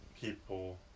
people